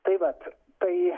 tai vat tai